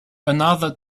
another